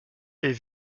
est